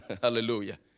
Hallelujah